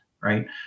right